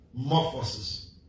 morphosis